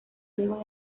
luego